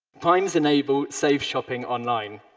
primes enable safe shopping online.